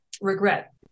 regret